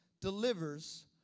delivers